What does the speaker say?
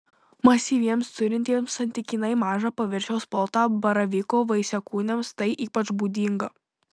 masyviems turintiems santykinai mažą paviršiaus plotą baravyko vaisiakūniams tai ypač būdinga